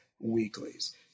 weeklies